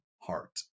heart